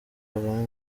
kagame